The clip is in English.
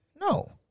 No